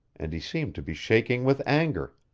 and he seemed to be shaking with anger.